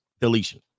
deletion